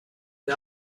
the